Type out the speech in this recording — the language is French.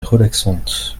relaxante